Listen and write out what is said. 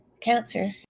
cancer